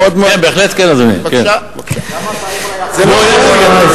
גם השרים, על כל פנים,